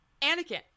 Anakin